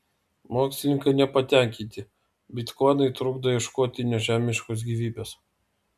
mokslininkai nepatenkinti bitkoinai trukdo ieškoti nežemiškos gyvybės